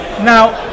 Now